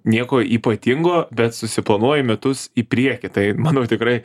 nieko ypatingo bet susiplanuoju metus į priekį tai manau tikrai